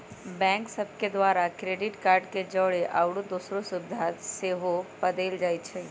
bank सभ के द्वारा क्रेडिट कार्ड के जौरे आउरो दोसरो सुभिधा सेहो पदेल जाइ छइ